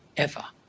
ever.